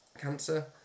cancer